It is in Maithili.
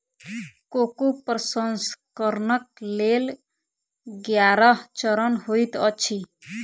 कोको प्रसंस्करणक लेल ग्यारह चरण होइत अछि